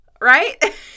right